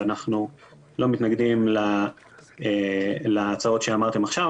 אנחנו לא מתנגדים להצעות שאמרתם עכשיו,